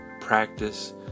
practice